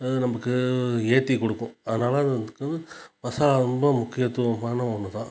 அது நமக்கு ஏற்றி கொடுக்கும் அதனால் இதுக்கு மசாலா ரொம்ப முக்கியத்துவமான ஒன்று தான்